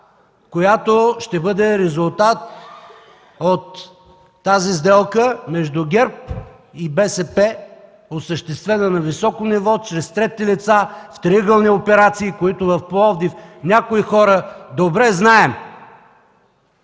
студена вода, резултат от сделката между ГЕРБ и БСП, осъществена на високо ниво чрез трети лица, в триъгълни операции, които в Пловдив някои хора добре знаем